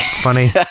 funny